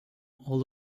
all